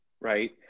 right